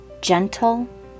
gentle